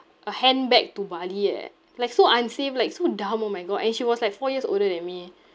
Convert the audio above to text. a handbag to bali eh like so unsafe like so dumb oh my god and she was like four years older than me